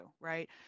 right